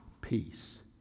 peace